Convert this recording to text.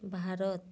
Bharat